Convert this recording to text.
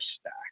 stack